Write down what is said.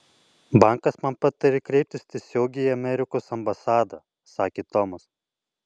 bankas man patarė kreiptis tiesiogiai į amerikos ambasadą sakė tomas